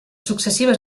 successives